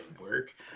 work